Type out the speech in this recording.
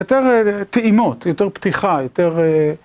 יותר טעימות, יותר פתיחה, יותר...